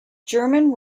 german